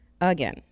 again